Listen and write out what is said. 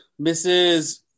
Mrs